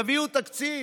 תביאו תקציב.